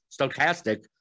stochastic